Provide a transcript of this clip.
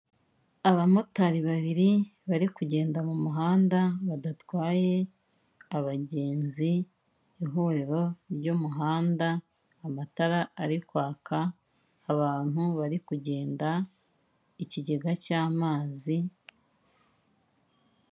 Abamotari babiri bari kugenda mu muhanda badatwaye abagenzi, ihuriro ry'umuhanda, amatara ari kwaka, abantu bari kugenda, ikigega cy'amazi.